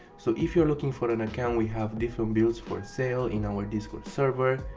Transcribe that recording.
so if you are looking for an account we have different builds for sale in our discord server.